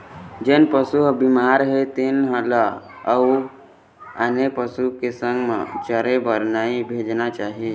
जेन पशु ह बिमार हे तेन ल अउ आने पशु के संग म चरे बर नइ भेजना चाही